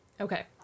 Okay